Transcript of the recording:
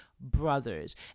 brothers